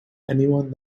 anyone